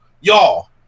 y'all